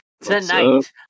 Tonight